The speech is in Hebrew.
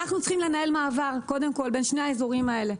אנחנו צריכים לנהל מעבר בין שני האזורים האלה.